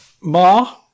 Ma